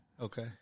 Okay